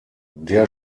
der